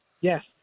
yes